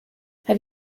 have